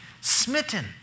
smitten